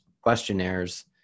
questionnaires